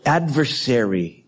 adversary